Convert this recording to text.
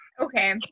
Okay